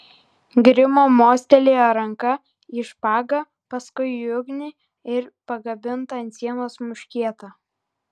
grimo mostelėjo ranka į špagą paskui į ugnį ir į pakabintą ant sienos muškietą